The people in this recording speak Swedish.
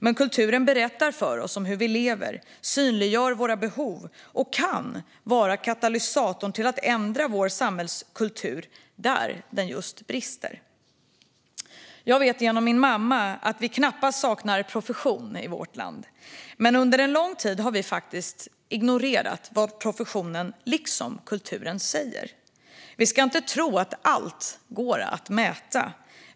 Men kulturen berättar för oss om hur vi lever, synliggör våra behov och kan vara katalysatorn till att ändra vår samhällskultur där den brister. Jag vet genom min mamma att vi knappast saknar profession i vårt land. Men under en lång tid har vi ignorerat vad professionen, liksom kulturen, säger. Vi ska inte tro att allt går att mäta.